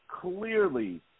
clearly